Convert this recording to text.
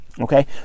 Okay